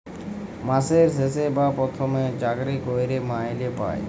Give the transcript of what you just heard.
মাসের শেষে বা পথমে চাকরি ক্যইরে মাইলে পায়